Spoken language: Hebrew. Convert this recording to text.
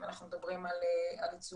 אנחנו מדברים על תזונה,